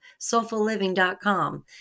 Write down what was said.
SoulfulLiving.com